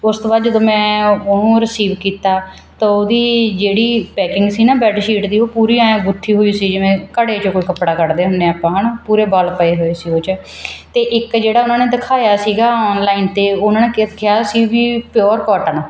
ਉਸ ਤੋਂ ਬਾਅਦ ਜਦੋਂ ਮੈਂ ਉਹਨੂੰ ਰਸੀਵ ਕੀਤਾ ਤਾਂ ਉਹਦੀ ਜਿਹੜੀ ਪੈਕਿੰਗ ਸੀ ਨਾ ਬੈਡ ਸ਼ੀਟ ਦੀ ਉਹ ਪੂਰੀ ਐ ਗੁੱਥੀ ਹੋਈ ਸੀ ਜਿਵੇਂ ਘੜੇ 'ਚੋਂ ਕੋਈ ਕੱਪੜਾ ਕੱਢਦੇ ਹੁੰਦੇ ਆ ਆਪਾਂ ਹੈ ਨਾ ਪੂਰੇ ਵਲ ਪਏ ਹੋਏ ਸੀ ਉਹ 'ਚ ਅਤੇ ਇੱਕ ਜਿਹੜਾ ਉਹਨਾਂ ਨੇ ਦਿਖਾਇਆ ਸੀਗਾ ਔਨਲਾਈਨ ਅਤੇ ਉਹਨਾਂ ਨੇ ਕਿਹਾ ਸੀ ਵੀ ਪਿਓਰ ਕੋਟਨ